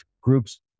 groups